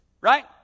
right